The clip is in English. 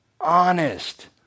honest